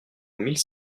mille